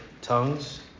tongues